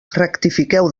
rectifiqueu